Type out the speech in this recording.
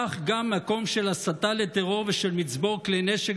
כך גם מקום של הסתה לטרור ושל מצבור כלי נשק